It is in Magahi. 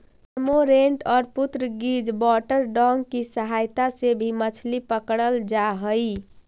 कर्मोंरेंट और पुर्तगीज वाटरडॉग की सहायता से भी मछली पकड़रल जा हई